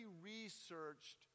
researched